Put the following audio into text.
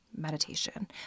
meditation